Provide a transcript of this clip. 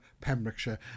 Pembrokeshire